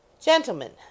Gentlemen